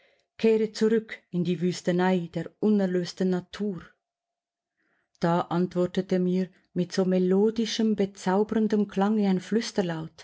kehre zurück in die wüstenei der unerlösten natur da antwortete mir mit so melodischem bezauberndem klange ein